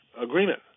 Agreement